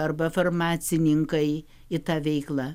arba farmacininkai į tą veiklą